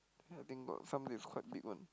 I think got some leagues quite big one